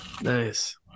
Nice